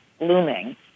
looming